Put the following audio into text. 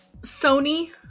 Sony